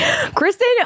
Kristen